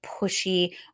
pushy